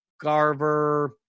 Garver